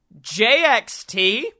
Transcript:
JXT